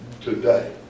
today